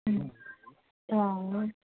అవును